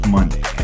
Monday